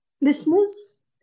listeners